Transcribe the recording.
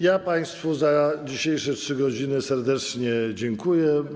Ja państwu za dzisiejsze 3 godziny serdecznie dziękuję.